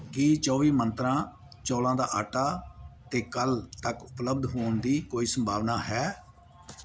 ਕੀ ਚੌਵੀ ਮੰਤਰਾਂ ਚੌਲ੍ਹਾਂ ਦਾ ਆਟਾ ਦੇ ਕੱਲ੍ਹ ਤੱਕ ਉਪਲੱਬਧ ਹੋਣ ਦੀ ਕੋਈ ਸੰਭਾਵਨਾ ਹੈ